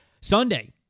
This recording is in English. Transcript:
Sunday